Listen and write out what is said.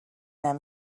them